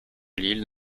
lille